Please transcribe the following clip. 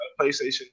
PlayStation